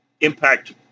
Impact